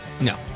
no